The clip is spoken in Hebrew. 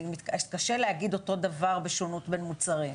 קשה להגיד אותו דבר בשונות בין מוצרים.